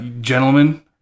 Gentlemen